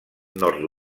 nord